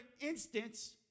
instance